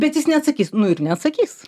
bet jis neatsakys nu ir neatsakys